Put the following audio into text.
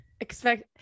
Expect